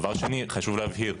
דבר שני, חשוב להבהיר,